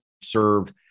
serve